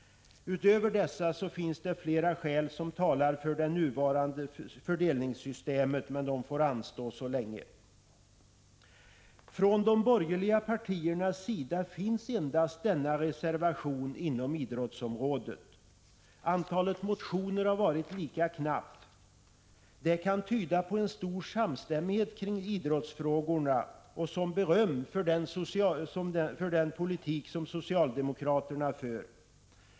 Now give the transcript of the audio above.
Utöver dessa finns flera skäl som talar för det nuvarande fördelningssystemet, men de får anstå så länge. Från de borgerliga partiernas sida finns endast denna reservation inom idrottsområdet. Antalet motioner har varit lika litet. Det kan tyda på en stor samstämmighet kring idrottsfrågorna och uppfattas som beröm för den politik socialdemokraterna för.